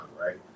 right